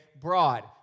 Broad